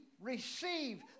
receive